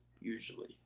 usually